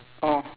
oh